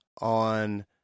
on